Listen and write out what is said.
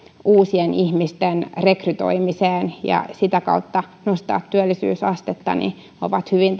uusien ihmisten rekrytoimiseen ja sitä kautta nostaa työllisyysastetta ovat hyvin